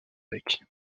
bec